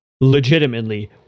legitimately